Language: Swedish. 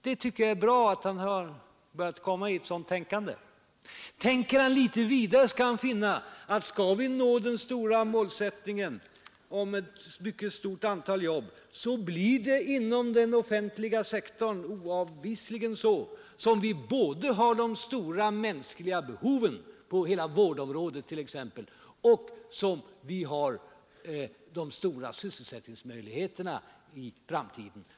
Jag tycker det är bra att han börjat luta åt ett nytt tänkande. Tänker kan litet vidare. skall han finna att skall vi nå målet ett mycket stort antal jobb då blir det oavvisligen inom den offentliga sektorn som vi har både de stora mänskliga behoven — på hela vårdområdet t.ex. — och de stora sysselsättningsmöjligheterna i framtiden.